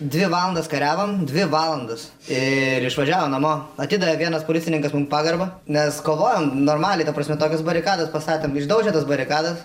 dvi valandas kariavom dvi valandas ir išvažiavo namo atidavė vienas policininkas mum pagarbą nes kovojom normaliai ta prasme tokias barikadas pastatėm išdaužė tas barikadas